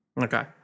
okay